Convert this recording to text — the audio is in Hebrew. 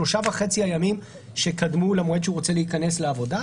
שלושה וחצי הימים שקדמו למועד שהוא רוצה להיכנס לעבודה.